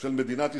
של מדינת ישראל.